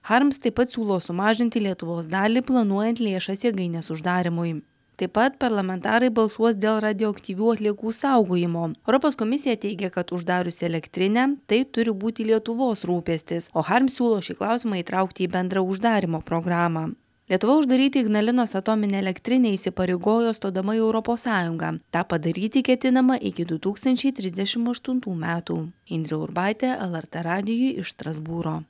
harms taip pat siūlo sumažinti lietuvos dalį planuojant lėšas jėgainės uždarymui taip pat parlamentarai balsuos dėl radioaktyvių atliekų saugojimo europos komisija teigė kad uždarius elektrinę tai turi būti lietuvos rūpestis o harms siūlo šį klausimą įtraukti į bendrą uždarymo programą lietuva uždaryti ignalinos atominę elektrinę įsipareigojo stodama į europos sąjungą tą padaryti ketinama iki du tūkstančiai trisdešim aštuntų metų indrė urbaitė lrt radijui iš strasbūro